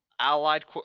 Allied